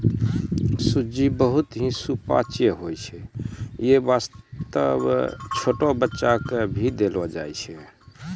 सूजी बहुत हीं सुपाच्य होय छै यै वास्तॅ छोटो बच्चा क भी देलो जाय छै